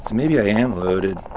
maybe i am loaded.